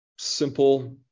Simple